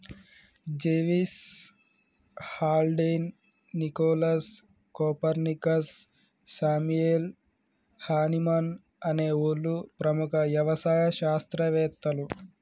జెవిస్, Haldane, Nicholas, Copernicus, Samuel Hahnemann అనే ఓళ్ళు ప్రముఖ యవసాయ శాస్త్రవేతలు